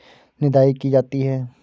निदाई की जाती है?